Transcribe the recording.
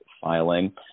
filing